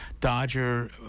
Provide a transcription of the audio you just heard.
Dodger